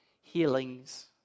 healings